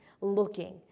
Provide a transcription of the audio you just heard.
looking